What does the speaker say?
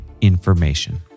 information